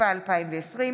התשפ"א 2020,